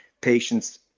patients